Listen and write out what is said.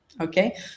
Okay